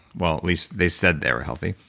well at least they said there healthy,